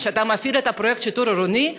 כשאתה מפעיל את הפרויקט של שיטור עירוני,